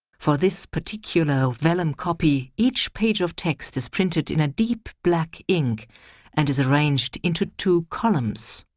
for this particular vellum copy, each page of text is printed in a deep black ink and is arranged into two columns.